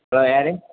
hello யாரு